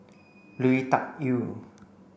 Lui Tuck Yew